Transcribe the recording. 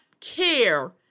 care